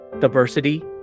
diversity